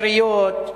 לעיריות,